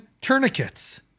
tourniquets